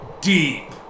deep